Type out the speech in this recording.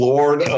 Lord